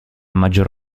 maggior